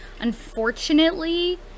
unfortunately